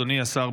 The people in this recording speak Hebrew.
אדוני השר,